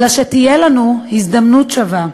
אלא שתהיה לנו הזדמנות שווה,